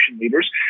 leaders